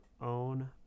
own